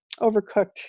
overcooked